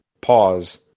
Pause